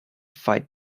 fight